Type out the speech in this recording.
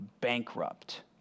bankrupt